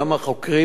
גם החוקרים,